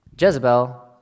Jezebel